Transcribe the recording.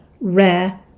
rare